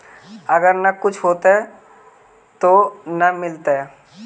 अगर न कुछ होता तो न मिलता?